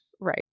Right